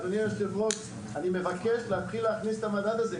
אדוני היושב-ראש אני מבקש להתחיל להכניס את המדד הזה,